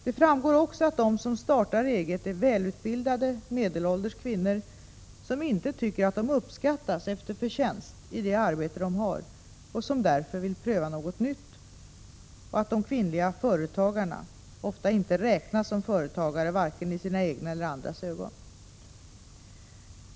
Det framgår också att de som startar eget är välutbildade medelålders kvinnor som inte tycker att de uppskattas efter förtjänst i det arbete de har och som därför vill pröva något nytt och att de kvinnliga företagarna ofta inte räknas som företagare, vare sig i sina egna eller andras ögon.